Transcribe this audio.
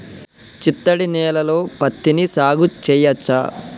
చిత్తడి నేలలో పత్తిని సాగు చేయచ్చా?